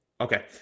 Okay